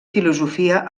filosofia